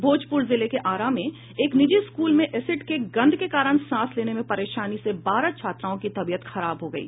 भोजपुर जिले के आरा में एक निजी स्कूल में एसिड के गंध के कारण सांस लेने में परेशानी से बारह छात्राओं की तबीयत खराब हो गयी